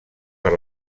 per